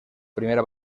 primera